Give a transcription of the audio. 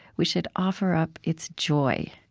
we should offer up its joy.